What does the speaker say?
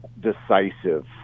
decisive